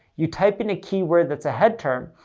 you type in a keyword that's a head term,